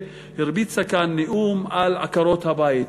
והרביצה כאן נאום על עקרות-הבית,